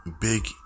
big